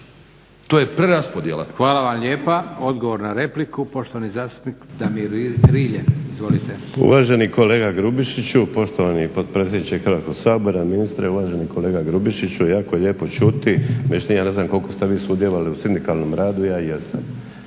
Josip (SDP)** Hvala vam lijepa. Odgovor na repliku, poštovani zastupnik Damir Rilje. Izvolite. **Rilje, Damir (SDP)** Uvaženi kolega Grubišiću, poštovani potpredsjedniče Hrvatskog sabora, ministre, uvaženi kolega Grubišiću. Jako je lijepo čuti, međutim ja ne znam koliko ste vi sudjelovali u sindikalnom radu ja jesam.